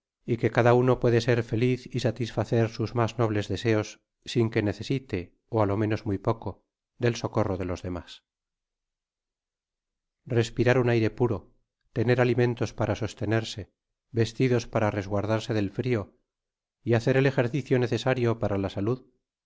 y que cada uno puede ser feliz y satisfacer sus mas nobles deseos sin que necesite ó á lo menos muy poco del socorro de los demás respirar un aire puro tener alimentos para sostenerse vestidos para resguardarse del frio y hacer el ejercicio necesario para la salud